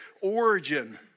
origin